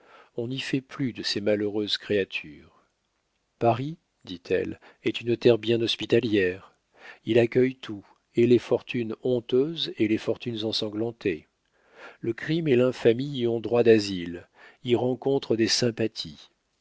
on n'y fait plus de ces malheureuses créatures paris dit-elle est une terre bien hospitalière il accueille tout et les fortunes honteuses et les fortunes ensanglantées le crime et l'infamie y ont droit d'asile y rencontrent des sympathies